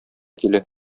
килә